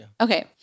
Okay